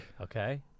Okay